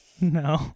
No